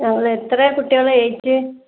എത്ര കുട്ടികളാണ് ഏജ്